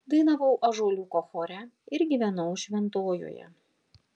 dainavau ąžuoliuko chore ir gyvenau šventojoje